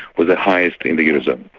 was the highest in the eurozone.